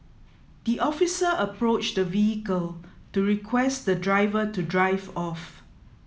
the officer approached the vehicle to request the driver to drive off